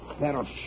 That'll